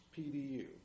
PDU